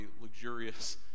luxurious